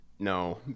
No